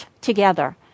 together